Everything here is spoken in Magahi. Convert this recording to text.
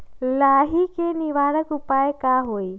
लाही के निवारक उपाय का होई?